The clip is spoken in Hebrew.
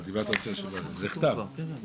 זה נחתם.